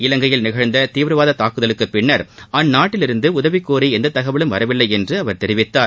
இலங்கையில் நிகழ்ந்த தீவிரவாத தாக்குதலுக்குப் பின்னர் அந்நாட்டிலிருந்து உதவிக்கோரி எந்த தகவலும் வரவில்லை என்று அவர் தெரிவித்தார்